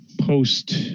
post